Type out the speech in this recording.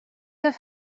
have